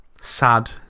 sad